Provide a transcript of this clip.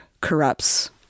corrupts